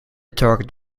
target